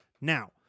Now